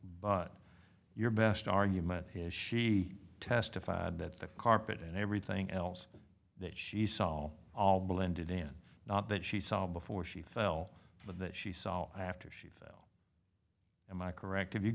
but your best argument is she testified that the carpet and everything else that she saw all all blended in not that she saw before she fell for that she saw after she fell am i correct if you